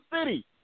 city